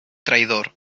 traidor